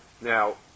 Now